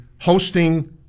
hosting